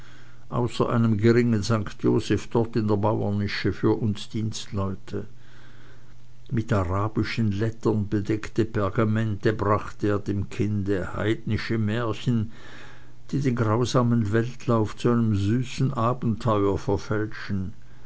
außer einem geringen sankt joseph dort in der mauernische für uns dienstleute mit arabischen lettern bedeckte pergamente brachte er dem kinde heidnische märchen die den grausamen weltlauf zu einem süßen abenteuer verfälschen